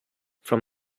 from